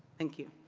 thank you.